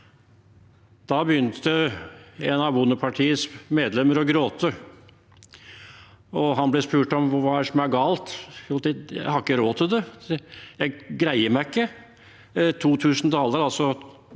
Da begynte en av Bondepartiets medlemmer å gråte, og han ble spurt om hva som var galt. Han sa: Jeg har ikke råd til det, jeg greier meg ikke.